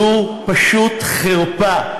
זו פשוט חרפה.